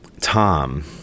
Tom